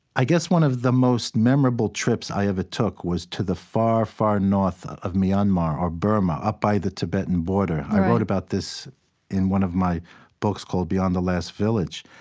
i guess, one of the most memorable trips i ever took was to the far, far north of myanmar, or burma, up by the tibetan border. i wrote about this in one of my books, beyond the last village.